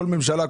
כל ממשלה,